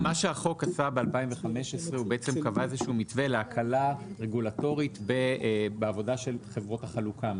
החוק שנחקק ב-2015 קבע מתווה להקלה רגולטורית בעבודה של חברות החלוקה.